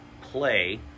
play